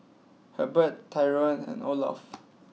Herbert Tyron and Olof